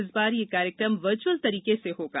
इस बार यह कार्यक्रम वर्चुअल तरीके से होगा